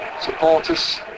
supporters